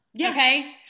Okay